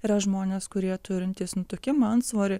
yra žmonės kurie turintys nutukimą antsvorį